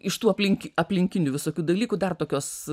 iš tų aplink aplinkinių visokių dalykų dar tokios